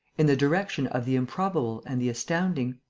in the direction of the improbable and the astounding.